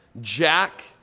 Jack